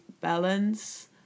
balance